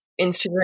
Instagram